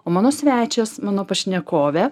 o mano svečias mano pašnekovė